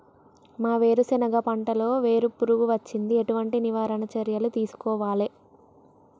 మా వేరుశెనగ పంటలలో వేరు పురుగు వచ్చింది? ఎటువంటి నివారణ చర్యలు తీసుకోవాలే?